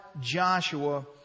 Joshua